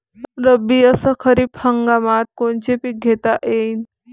रब्बी अस खरीप हंगामात कोनचे पिकं घेता येईन?